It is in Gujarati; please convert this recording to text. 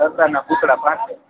વળતાના પૂતળા પાસે